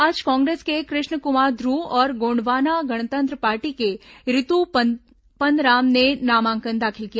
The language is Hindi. आज कांग्रेस के कृष्ण कुमार ध्रव और गोंडवाना गणतंत्र पार्टी के ऋतु पंदराम ने नामांकन दाखिल किया